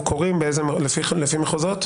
בסוף אני מעלה היום את הפגיעה היום באנשי המחאה שאני אולי